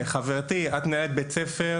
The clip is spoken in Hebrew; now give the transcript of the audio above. חברתי, את מנהלת בית ספר